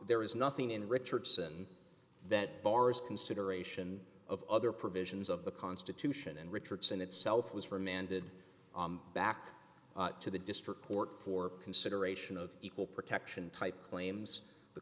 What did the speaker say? there is nothing in richardson that bars consideration of other provisions of the constitution and richardson itself was remanded back to the district court for consideration of equal protection type claims the